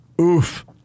Oof